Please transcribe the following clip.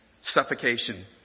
suffocation